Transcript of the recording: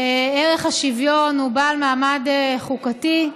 ערך השוויון הוא בעל מעמד חוקתי,